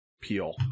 peel